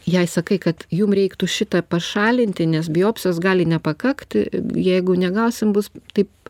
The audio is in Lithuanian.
jei sakai kad jum reiktų šitą pašalinti nes biopsijos gali nepakakti jeigu negausim bus taip